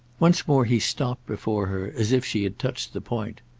once more he stopped before her as if she had touched the point.